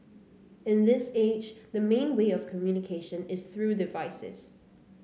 in this age the main way of communication is through devices